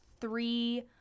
three